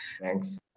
Thanks